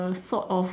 sort of